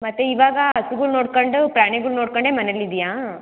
ಮತ್ತೆ ಇವಾಗ ಹಸುಗುಳ್ ನೋಡಿಕೊಂಡು ಪ್ರಾಣಿಗಳು ನೋಡ್ಕೊಂಡೇ ಮನೆಲಿ ಇದ್ದಿಯಾ